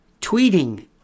tweeting